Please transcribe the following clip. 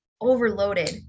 overloaded